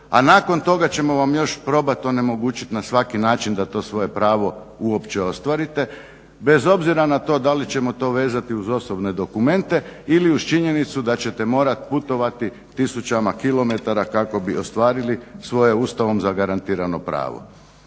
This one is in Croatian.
a nakon toga ćemo vam još probati onemogućiti na svaki način da to svoje pravo uopće ostvarite bez obzira na to da li ćemo to vezati uz osobne dokumente ili uz činjenicu da ćete morati putovati tisućama kilometara kako bi ostvarili svoje ustavom zagarantirano pravo.